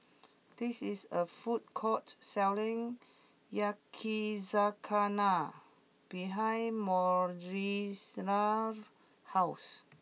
this is a food court selling Yakizakana behind Moira Sena's house